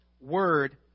word